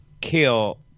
kill